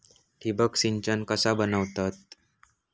ठिबक सिंचन कसा बनवतत?